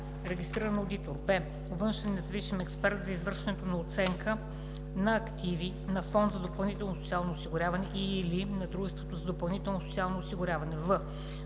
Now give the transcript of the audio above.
регистриран одитор; б) външен независим експерт за извършването на оценка на активи на Фонд за допълнително социално осигуряване и/или на дружеството за допълнително социално осигуряване; в)